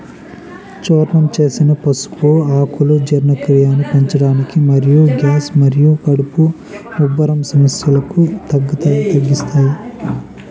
చూర్ణం చేసిన పసుపు ఆకులు జీర్ణక్రియను పెంచడానికి మరియు గ్యాస్ మరియు కడుపు ఉబ్బరం సమస్యలను తగ్గిస్తాయి